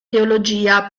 teologia